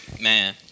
Man